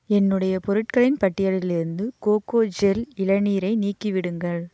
என்னுடைய பொருட்களின் பட்டியலில் இருந்து கோகோஜெல் இளநீரை நீக்கிவிடுங்கள்